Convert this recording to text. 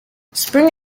spring